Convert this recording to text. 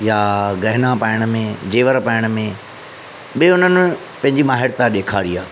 या गहना पाइण में जेवर पाइण में बि हुननि पंहिंजी माहिरता ॾेखारी आहे